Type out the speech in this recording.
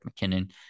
McKinnon